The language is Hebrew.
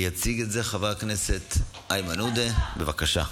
יציג את זה חבר הכנסת איימן עודה, בבקשה.